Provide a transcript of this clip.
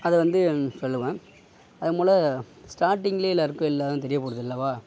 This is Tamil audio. அதை வந்து சொல்வேன் அது போல ஸ்டார்டிங்லேயே எல்லோருக்கும் எல்லாம் தெரிய போகிறது இல்லை அல்லவா